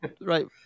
right